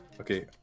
Okay